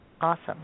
Awesome